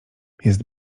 jest